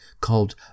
called